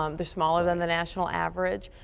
um the smaller than the national average.